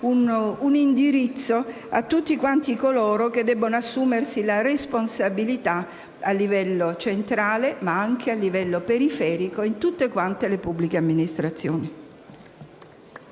un indirizzo a tutti quanti coloro che debbono assumersi la responsabilità a livello centrale e periferico, in tutte quante le pubbliche amministrazioni.